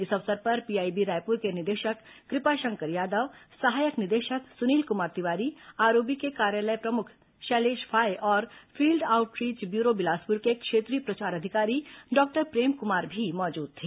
इस अवसर पर पीआईबी रायपुर के निदेशक कृपाशंकर यादव सहायक निदेशक सुनील कुमार तिवारी आरओबी के कार्यालय प्रमुख शैलेष फाये और फील्ड आउटरीच ब्यूरो बिलासपुर के क्षेत्रीय प्रचार अधिकारी डॉक्टर प्रेम कुमार भी मौजूद थे